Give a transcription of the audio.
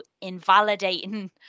invalidating